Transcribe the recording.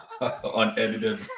unedited